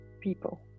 people